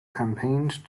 campaigned